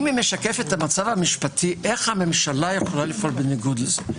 אם כך, איך הממשלה יכולה לפעול בניגוד לזה?